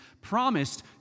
promised